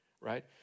right